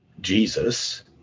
Jesus